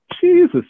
Jesus